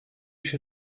się